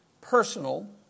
personal